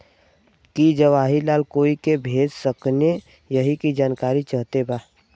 की जवाहिर लाल कोई के भेज सकने यही की जानकारी चाहते बा?